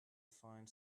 find